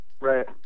Right